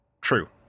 True